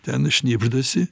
ten šnibždasi